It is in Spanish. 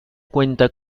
cuenta